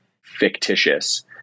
fictitious